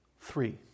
Three